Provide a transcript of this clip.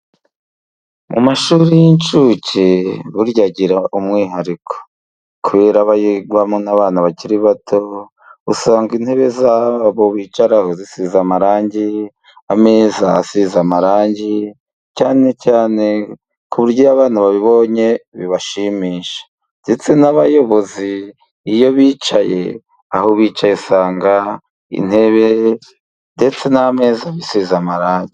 Mu mashuri y'incuke burya agira umwihariko kubera ko aba yigwamo n'abana bakiri bato. Usanga intebe zabo bicaraho zisize amarangi, ameza asize amarangi cyane cyane ku buryo abana babibonye bibashimisha ndetse n'abayobozi iyo bicaye aho bicaye usanga intebe ndetse n'ameza bisize amarangi.